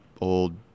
old